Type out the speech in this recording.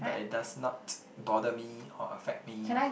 but it does not bother me or affect me